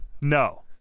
No